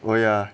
oh yah